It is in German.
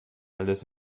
alles